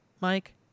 Mike